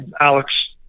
Alex